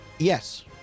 Yes